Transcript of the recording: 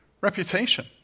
reputation